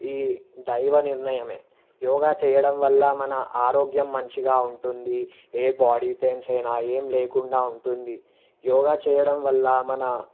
ఈ దైవ నిర్ణయమే యోగా చేయడం వల్ల మన ఆరోగ్యం మంచిగా ఉంటుంది ఏ బాడీ పెయిన్స్ అయినా ఏం లేకుండా ఉంటుంది యోగా చేయడం వల్ల మన